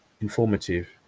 informative